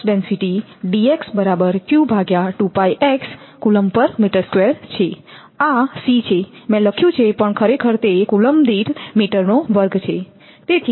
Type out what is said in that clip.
તેથી electric flux density આ c છે મેં લખ્યું છે પણ ખરેખર તે કૂલોમ્બ દીઠ મીટરનો વર્ગ છે